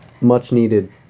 much-needed